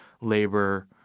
labor